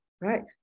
right